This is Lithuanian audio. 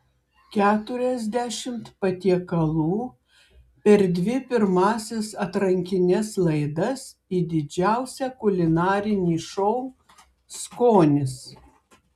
keturiasdešimt patiekalų per dvi pirmąsias atrankines laidas į didžiausią kulinarinį šou skonis